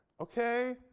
okay